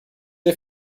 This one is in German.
der